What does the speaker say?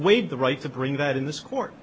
waived the right to bring that in this court